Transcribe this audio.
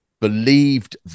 believed